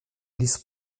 églises